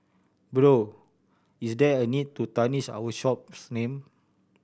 bro is there a need to tarnish our shop's name